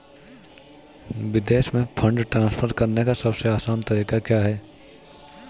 विदेश में fund transfer करने का सबसे आसान तरीका क्या है?